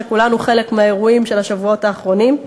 וכולנו חלק מהאירועים של השבועות האחרונים.